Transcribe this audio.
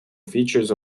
features